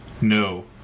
No